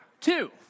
Two